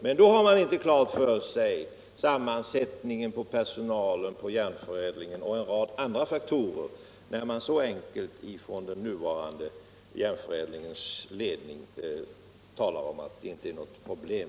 Man har inte klart för sig hur personalen är sammansatt på Järnförädling och man bortser också från en rad andra faktorer, när man från Järnförädlings nuvarande ledning talar om att det inte finns något problem.